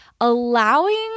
allowing